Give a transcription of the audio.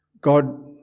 God